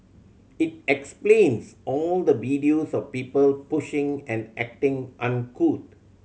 it explains all the videos of people pushing and acting uncouth